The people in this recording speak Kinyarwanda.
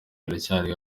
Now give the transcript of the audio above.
iracyari